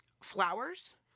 flowers